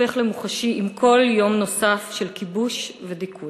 הופך למוחשי עם כל יום נוסף של כיבוש ודיכוי.